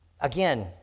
Again